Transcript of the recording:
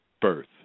birth